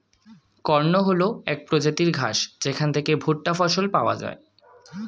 corn হল এক প্রজাতির ঘাস যেখান থেকে ভুট্টা ফসল পাওয়া যায়